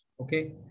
Okay